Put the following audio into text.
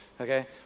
okay